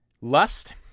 lust